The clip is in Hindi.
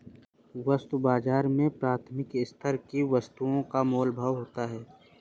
वस्तु बाजार में प्राथमिक स्तर की वस्तुओं का मोल भाव होता है